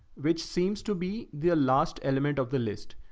which seems to be the last element of the list.